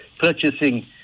purchasing